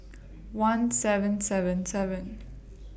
one seven seven seven